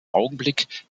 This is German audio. augenblick